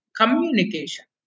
communication